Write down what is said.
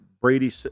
Brady